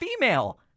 female